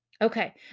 Okay